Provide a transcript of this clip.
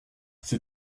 ses